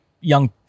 young